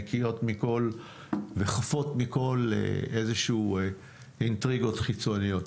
נקיות וחפות מכל איזשהו אינטריגות חיצוניות.